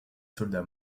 soldats